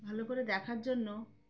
ভালো করে দেখার জন্য